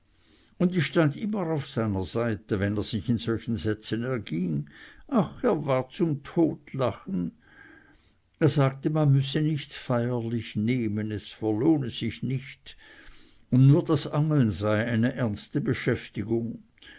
und ich stand immer auf seiner seite wenn er sich in solchen sätzen erging ach er war zum totlachen er sagte man müsse nichts feierlich nehmen es verlohne sich nicht und nur das angeln sei eine ernste beschäftigung